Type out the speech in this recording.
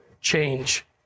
change